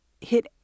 hit